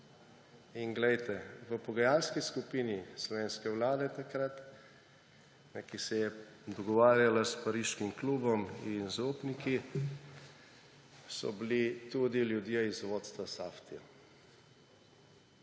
In glejte, v pogajalski skupini takratne slovenske vlade, ki se je dogovarjala s Pariškim klubom in z zaupniki, so bili tudi ljudje iz vodstva Saftija.